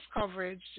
coverage